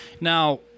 Now